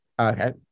Okay